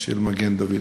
של מגן-דוד-אדום?